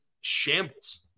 shambles